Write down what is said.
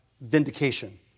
vindication